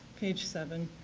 page seven.